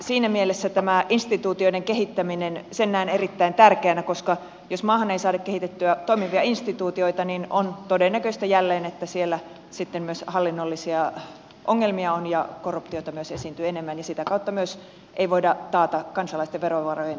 siinä mielessä tämän instituutioiden kehittämisen näen erittäin tärkeänä koska jos maahan ei saada kehitettyä toimivia instituutioita niin on todennäköistä jälleen että siellä sitten myös hallinnollisia ongelmia on ja myös korruptiota esiintyy enemmän ja sitä kautta ei myöskään voida taata kansalaisten verovarojen käyttöä hyvin